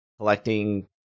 Collecting